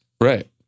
right